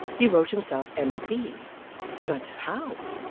he wrote himself m p but how?